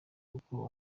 kuko